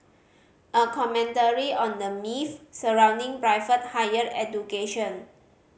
a commentary on the myths surrounding private higher education